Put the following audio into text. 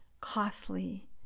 costly